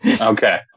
okay